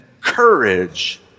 courage